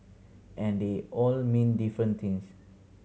and they all mean different things